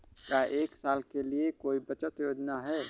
क्या एक साल के लिए कोई बचत योजना है?